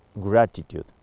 gratitude